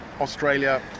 Australia